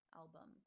album